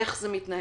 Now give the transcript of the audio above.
איך זה מתנהל,